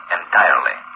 entirely